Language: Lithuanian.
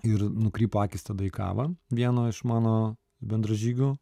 ir nukrypo akys tada į kavą vieno iš mano bendražygių